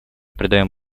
придаем